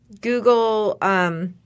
Google –